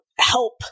Help